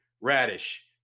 Radish